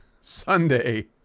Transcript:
Sunday